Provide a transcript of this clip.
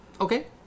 okay